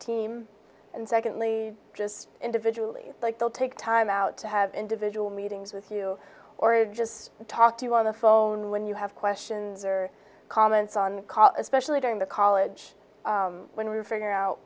team and secondly just individually like they'll take time out to have individual meetings with you or just talk to you on the phone when you have questions or comments on call especially during the college when we figure out